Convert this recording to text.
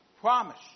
promise